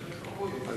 זה בסדר גמור.